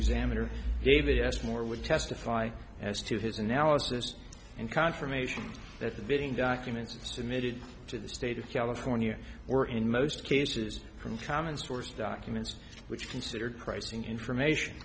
examiner david s moore would testify as to his analysis and confirmation that the bidding documents timid to the state of california were in most cases from common source documents which considered pricing information